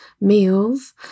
meals